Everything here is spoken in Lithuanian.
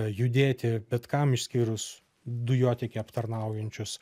judėti bet kam išskyrus dujotiekį aptarnaujančius